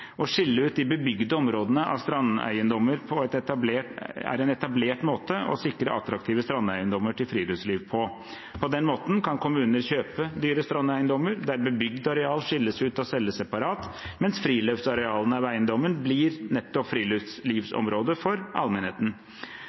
Å skille ut de bebygde områdene av strandeiendommer er en etablert måte å sikre attraktive strandeiendommer til friluftsliv på. På den måten kan kommunene kjøpe dyre strandeiendommer der bebygd areal skilles ut og selges separat, mens friluftsarealene av eiendommen blir nettopp friluftslivsområde for allmennheten.